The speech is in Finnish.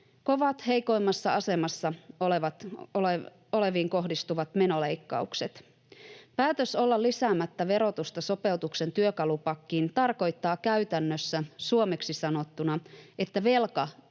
kovat heikoimmassa asemassa oleviin kohdistuvat menoleikkaukset. Päätös olla lisäämättä verotusta sopeutuksen työkalupakkiin tarkoittaa käytännössä suomeksi sanottuna, että velka ei